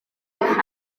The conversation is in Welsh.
cylch